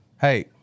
Hey